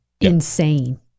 insane